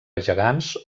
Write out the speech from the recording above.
gegants